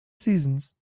seasons